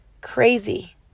crazy